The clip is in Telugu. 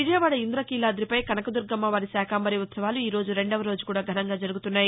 విజయవాడ ఇందకీలాదిపై కనకదుర్గమ్మవారి శాకంబరీ ఉత్సవాలు ఈ రోజు రెండవ రోజు కూడా ఘనంగా జరుగుతున్నాయి